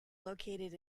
located